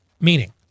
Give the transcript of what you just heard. Meaning